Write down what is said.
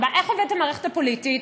איך עובדת המערכת הפוליטית?